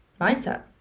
mindset